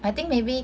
I think maybe